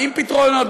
עם פתרונות,